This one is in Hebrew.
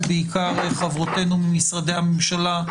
ובעיקר חברותינו ממשרדי הממשלה,